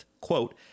quote